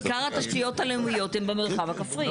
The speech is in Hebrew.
עיקר התשתיות הלאומיות הן במרחב הכפרי.